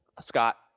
Scott